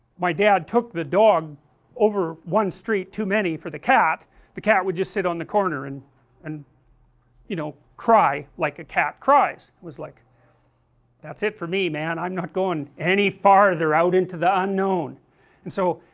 my dad took the dog over one street to many for the cat the cat would just sit on the corner and and you know, cry, like a cat cries, it was like that's it for me man, i am not going any further out into the unknown and so,